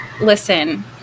Listen